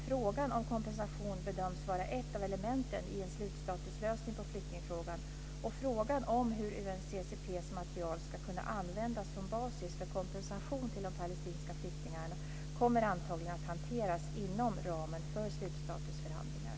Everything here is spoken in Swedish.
Frågan om kompensation bedöms vara ett av elementen i en slutstatuslösning på flyktingfrågan, och frågan om hur UNCCP:s material ska kunna användas som basis för kompensation till de palestinska flyktingarna kommer antagligen att hanteras inom ramen för slutstatusförhandlingar.